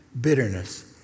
bitterness